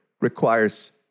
requires